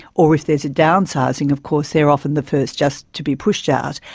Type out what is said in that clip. or if there is a downsizing of course they are often the first just to be pushed out.